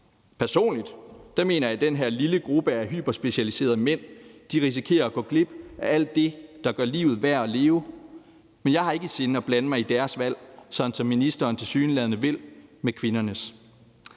Personligt mener jeg, at den her lille gruppe af hyperspecialiserede mænd risikerer at gå glip af alt det, der gør livet værd at leve, men jeg har ikke i sinde at blande mig i deres valg, sådan som ministeren tilsyneladende vil i kvindernes.